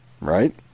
right